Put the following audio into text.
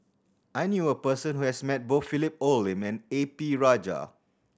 I knew a person who has met both Philip Hoalim and A P Rajah